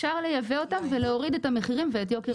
אפשר לייבא אותם ולהוריד את המחירים ואת יוקר המחיה.